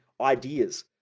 ideas